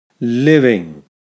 living